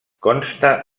consta